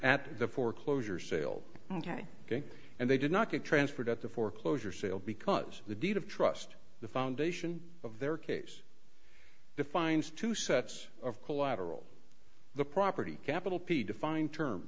at the foreclosure sale on time and they did not get transferred at the foreclosure sale because the deed of trust the foundation of their case defines two sets of collateral the property capital p defined term